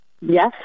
Yes